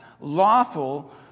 lawful